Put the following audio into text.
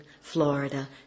Florida